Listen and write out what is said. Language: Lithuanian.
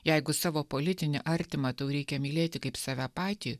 jeigu savo politinį artimą tau reikia mylėti kaip save patį